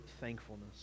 thankfulness